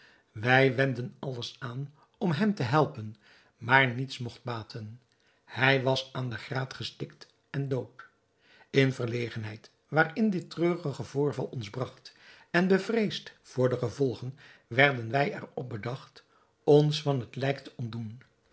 wij wenden alles aan om hem te helpen maar niets mogt baten hij was aan de graat gestikt en dood in de verlegenheid waarin dit treurige voorval ons bragt en bevreesd voor de gevolgen werden wij er op bedacht ons van het lijk te ontdoen